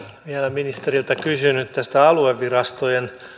ministeriltä kysynyt tästä aluevirastojen